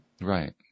Right